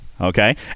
Okay